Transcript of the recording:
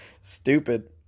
Stupid